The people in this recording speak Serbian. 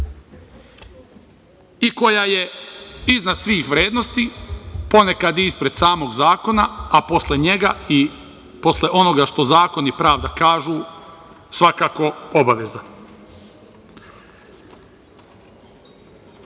i koja je iznad svih vrednosti, ponekad i ispred samog zakona, a posle njega i posle onoga što zakon i pravda kažu svakako obaveza. Vi